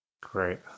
Great